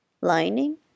Lining